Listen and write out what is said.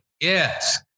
Yes